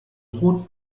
rot